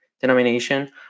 denomination